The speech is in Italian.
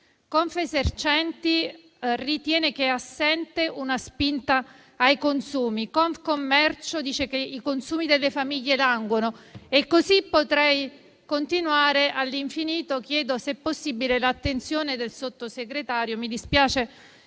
Confesercenti ritiene che sia assente una spinta ai consumi. Confcommercio dice che i consumi delle famiglie languono. Potrei continuare all'infinito. Chiedo, se possibile, l'attenzione del Sottosegretario. Mi dispiace